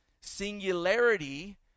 singularity